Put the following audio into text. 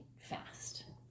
fast